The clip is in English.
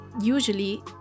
usually